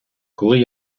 коли